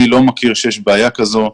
אני לא מכיר שיש בעיה כזאת.